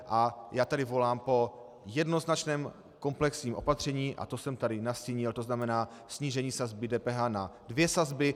A já tady volám po jednoznačném komplexním opatření a to jsem tady nastínil, tzn. snížení sazby DPH na dvě sazby.